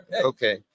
Okay